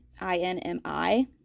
I-N-M-I